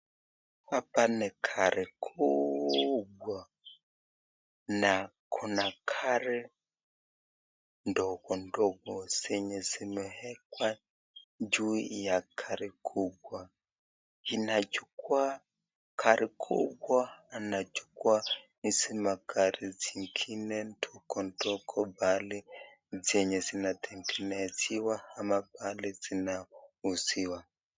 Hapa kuna gari kubwa na kuna gari ndogo ndogo zenye zimeekwa juu ya gari kubwa, inachukua gari kubwa, anachukua gari hizi magari zingine ndogo ndogo pahali zinatengenezwa ama pahali zinauziwa.